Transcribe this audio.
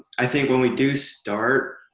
i think when we do start,